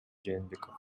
жээнбеков